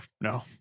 no